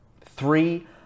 Three